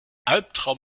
albtraum